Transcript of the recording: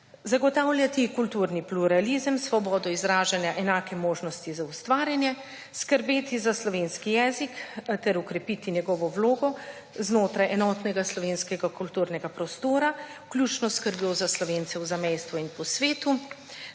zagotavljati kulturni pluralizem, svobodo izražanja, enake možnosti za ustvarjanje, skrbeti za slovenski jezik ter okrepiti njegovo vlogo znotraj enotnega slovenskega kulturnega prostora vključno s skrbijo za Slovence v zamejstvu in po svetu,